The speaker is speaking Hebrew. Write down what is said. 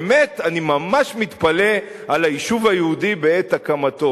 באמת, אני ממש מתפלא על היישוב היהודי בעת הקמתו.